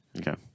okay